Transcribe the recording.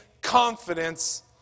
confidence